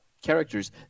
characters